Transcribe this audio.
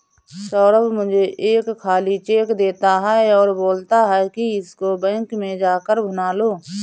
सौरभ मुझे एक खाली चेक देता है और बोलता है कि इसको बैंक में जा कर भुना लो